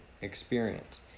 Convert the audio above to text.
Experience